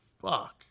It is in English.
fuck